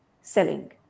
selling